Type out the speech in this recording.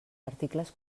articles